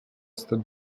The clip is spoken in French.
stade